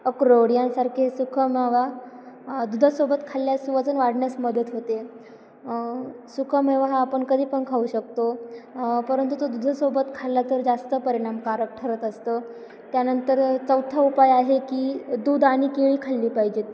अक्रोड यांसारखे सुकामेवा दुधासोबत खाल्ल्यास वजन वाढण्यास मदत होते सुकामेवा हा आपण कधी पण खाऊ शकतो परंतु तो दुधासोबत खाल्ला तर जास्त परिणामकारक ठरत असतं त्यानंतर चौथा उपाय आहे की दूध आणि केळी खाल्ली पाहिजेत